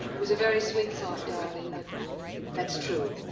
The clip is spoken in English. was a very sweet thought, darling, but that's true.